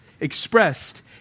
expressed